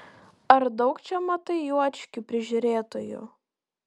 ar daug čia matai juočkių prižiūrėtojų